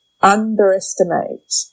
underestimate